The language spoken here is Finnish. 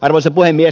arvoisa puhemies